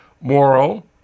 moral